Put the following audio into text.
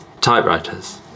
Typewriters